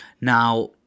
Now